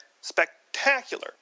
spectacular